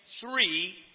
three